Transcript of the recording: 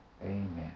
Amen